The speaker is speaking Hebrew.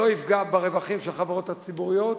לא יפגע ברווחים של החברות הציבוריות,